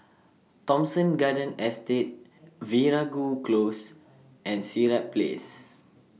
Thomson Garden Estate Veeragoo Close and Sirat Place